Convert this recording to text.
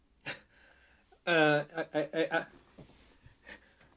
uh I I I I